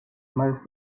most